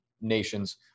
nations